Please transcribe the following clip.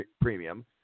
premium